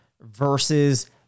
versus